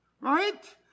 Right